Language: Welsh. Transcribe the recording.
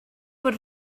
bod